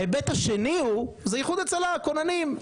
ההיבט השני הוא איחוד הצלה, כוננים.